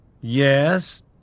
Yes